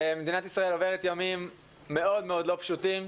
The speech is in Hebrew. מדינת ישראל עוברת ימים מאוד מאוד לא פשוטים.